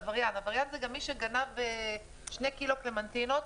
עבריין זה גם מי שגנב שני קילו קלמנטינות.